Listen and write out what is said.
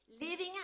Living